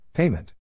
Payment